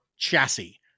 Chassis